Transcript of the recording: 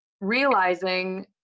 realizing